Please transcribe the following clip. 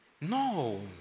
No